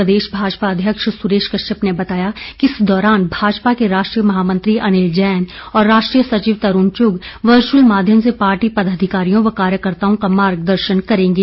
प्रदेश भाजपा अध्यक्ष सुरेश कश्यप ने बताया कि इस दौरान भाजपा के राष्ट्रीय महामंत्री अनिल जैन और राष्ट्रीय सचिव तरूण चूग वर्चअल माध्यम से पार्टी पदाधिकारियों व कार्यकर्ताओं का मार्गदर्शन करेंगे